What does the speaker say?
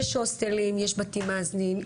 יש הוסטלים, יש בתים מאזנים.